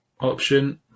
option